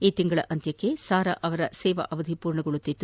ಈ ತಿಂಗಳ ಅಂತ್ಯಕ್ಕೆ ಸಾರಾ ಅವರ ಸೇವಾ ಅವಧಿ ಪೂರ್ಣಗೊಳ್ಳುತ್ತಿತ್ತು